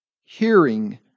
hearing